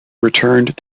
returned